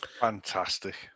Fantastic